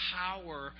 power